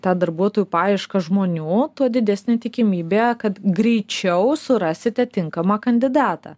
tą darbuotų paiešką žmonių tuo didesnė tikimybė kad greičiau surasite tinkamą kandidatą